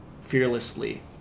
fearlessly